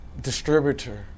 distributor